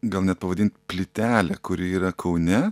gal net pavadint plytelę kuri yra kaune